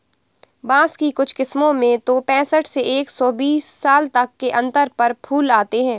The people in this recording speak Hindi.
बाँस की कुछ किस्मों में तो पैंसठ से एक सौ बीस साल तक के अंतर पर फूल आते हैं